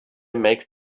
make